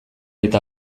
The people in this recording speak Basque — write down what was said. eta